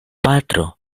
patro